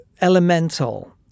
elemental